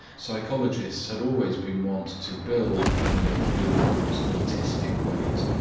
psychologists had always been wont to build, in what bleuler calls autistic ways,